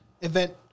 event